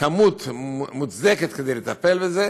כמות מוצדקת כדי לטפל בזה,